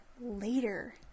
later